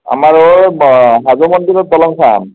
আমাৰ অ' হাজো মন্দিৰৰ দলংখন